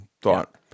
thought